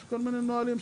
יש כל מיני נהלים.